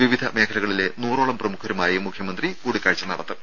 വിവിധ മേഖലകളിലെ നൂറോളം പ്രമുഖരുമായി മുഖ്യമന്ത്രി കൂടിക്കാഴ്ച്ച നടത്തും